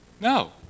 no